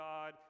God